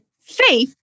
faith